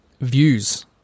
views